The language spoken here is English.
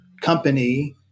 company